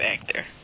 factor